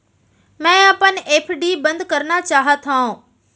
मै अपन एफ.डी बंद करना चाहात हव